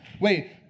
wait